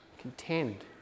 contend